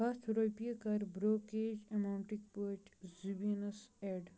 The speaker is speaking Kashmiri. ہَتھ رۄپیہِ کَر برٛوکریج اٮ۪ماوُنٛٹٕکۍ پٲٹھۍ زُبیٖنَس اٮ۪ڈ